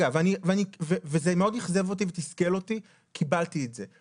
-- וזה מאוד אכזב אותי ותסכל אותי קיבלתי את זה.